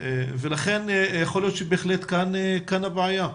לכן יכול להיות שבהחלט כאן הבעיה.